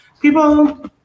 People